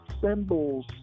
symbols